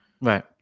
Right